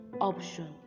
option